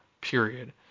period